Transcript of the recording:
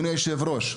ישתנה.